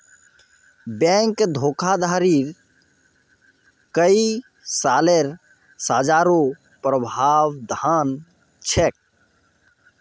bank धोखाधडीत कई सालेर सज़ारो प्रावधान छेक